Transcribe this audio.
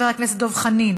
חבר הכנסת דב חנין,